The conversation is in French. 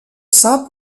saint